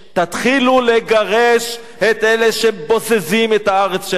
תתחילו לגרש את אלה שבוזזים את הארץ שלנו.